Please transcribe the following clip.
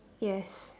yes